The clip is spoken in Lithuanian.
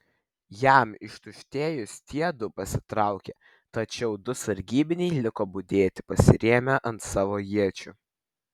jam ištuštėjus tie du pasitraukė tačiau du sargybiniai liko budėti pasirėmę ant savo iečių